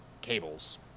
cables